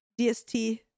dst